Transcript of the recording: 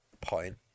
point